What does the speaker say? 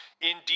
Indeed